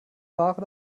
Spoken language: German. ware